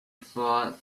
for